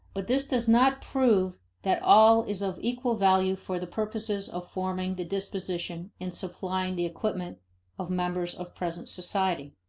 but this does not prove that all is of equal value for the purposes of forming the disposition and supplying the equipment of members of present society.